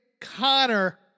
Connor